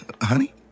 Honey